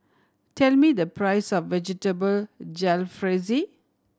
tell me the price of Vegetable Jalfrezi